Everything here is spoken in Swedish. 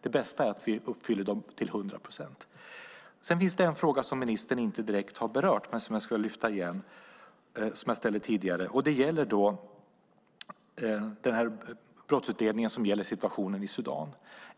Det bästa är att vi uppfyller dem till hundra procent. Sedan finns det en fråga som ministern inte direkt har berört men som jag ställde tidigare och vill lyfta fram igen. Det gäller brottsutredningen om situationen i Sudan.